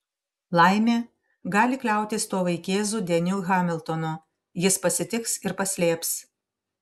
laimė gali kliautis tuo vaikėzu deniu hamiltonu jis pasitiks ir paslėps